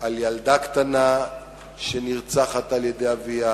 על ילדה קטנה שנרצחת על-ידי אביה,